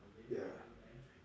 ya